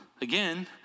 Again